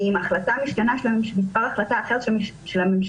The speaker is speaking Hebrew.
עם החלטה משתנה שלהם עם מספר החלטה אחר של הממשלה,